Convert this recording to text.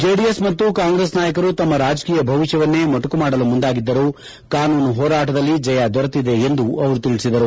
JDS ಮತ್ತು ಕಾಂಗ್ರೆಸ್ ನಾಯಕರು ತಮ್ಮ ರಾಜಕೀಯ ಭವಿಷ್ಯವನ್ನೇ ಮೊಟಕು ಮಾಡಲು ಮುಂದಾಗಿದ್ದರು ಕಾನೂನು ಹೋರಾಟದಲ್ಲಿ ಜಯ ದೊರೆತಿದೆ ಎಂದು ಅವರು ತಿಳಿಸಿದರು